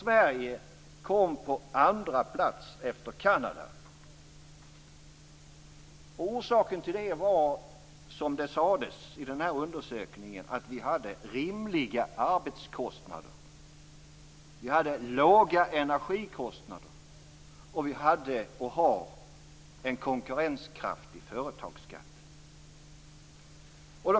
Sverige kom på andra plats efter Kanada. Orsaken till det var, som det sades i undersökningen, att vi hade rimliga arbetskostnader och låga energikostnader, och vi hade och har en konkurrenskraftig företagsskatt.